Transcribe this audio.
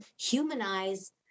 humanize